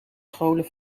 scholen